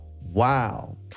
wow